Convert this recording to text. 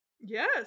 yes